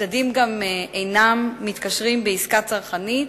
הצדדים גם אינם מתקשרים בעסקה צרכנית,